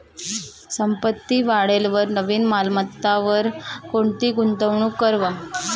संपत्ती वाढेलवर नवीन मालमत्तावर कोणती गुंतवणूक करवा